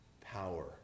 power